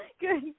Good